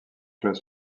clubs